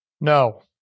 No